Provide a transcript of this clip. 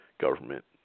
government